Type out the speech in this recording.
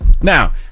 Now